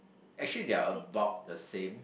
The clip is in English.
actually they are about the same